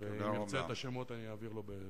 ואם ירצה את השמות, אני אעביר לו ברצון.